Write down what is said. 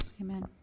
Amen